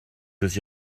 aussi